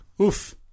Oof